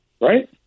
right